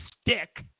stick